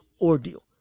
ordeal